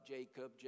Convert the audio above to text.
Jacob